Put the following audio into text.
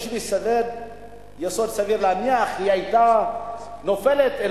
יש לי יסוד סביר להניח שהיא היתה נופלת על